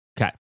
Okay